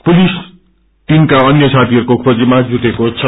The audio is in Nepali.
पुलिस तिनका अन्य साथीहरूको खोलीमा जुटेको छ